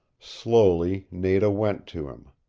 slowly nada went to him.